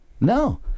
No